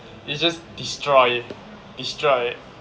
it's just destroyed destroyed